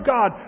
God